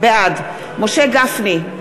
בעד משה גפני,